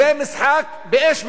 זה משחק באש,